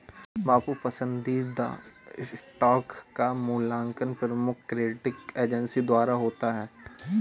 बाबू पसंदीदा स्टॉक का मूल्यांकन प्रमुख क्रेडिट एजेंसी द्वारा होता है